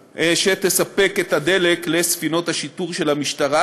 שתספק את הדלק לספינות השיטור של המשטרה.